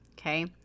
Okay